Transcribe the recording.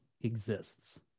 exists